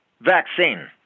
vaccine